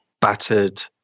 battered